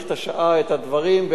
את הדברים ואת המקרים,